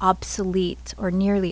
obsolete or nearly